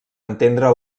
entendre